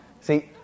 See